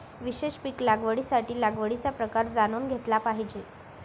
विशेष पीक लागवडीसाठी लागवडीचा प्रकार जाणून घेतला पाहिजे